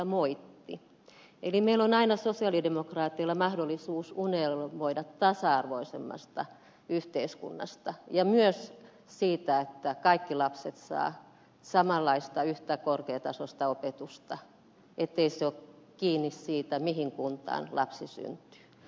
eli meillä sosialidemokraateilla on aina mahdollisuus unelmoida tasa arvoisemmasta yhteiskunnasta ja myös siitä että kaikki lapset saavat samanlaista yhtä korkeatasoista opetusta ettei se ole kiinni siitä mihin kuntaan lapsi syntyy